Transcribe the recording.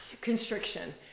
constriction